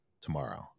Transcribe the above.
tomorrow